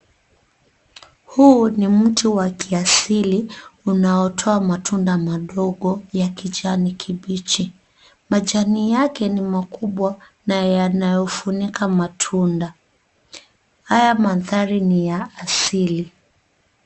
Huu ni mti wa kiasili unaotoa matunda madogo ya kijani kibichi. Majani yake ni makubwa na yanafunika matunda. Haya mandhari ni ya asili.